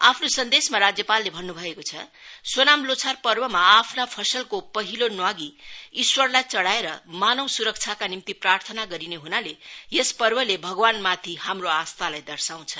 आफ्नो सन्देशमा राज्यपालले भन्नु भएको छ सोनाम लोछार पर्वमा आफ्ना फसलको पहिलो न्वागी ईश्वरलाई चढाएर मानव सुरक्षाका निम्ति प्रार्थना गरिने हुनाले यस पर्वले भगवानमथि हाम्रो आस्थालाई दर्शाउँछ